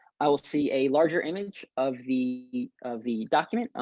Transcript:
i will see a larger image of the of the document.